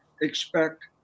expect